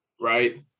right